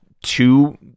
two